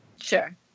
Sure